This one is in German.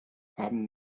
haben